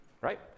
Right